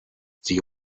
sie